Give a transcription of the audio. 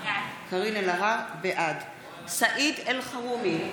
בעד סעיד אלחרומי,